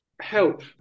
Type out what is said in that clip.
help